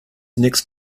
next